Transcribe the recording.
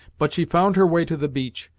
but she found her way to the beach,